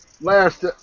last